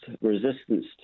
resistance